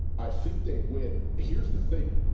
i think they win here's the thing